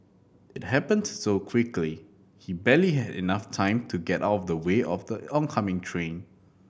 it happened so quickly he barely had enough time to get out of the way of the oncoming train